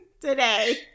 today